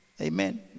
Amen